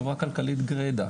חברה כלכלית גרידה.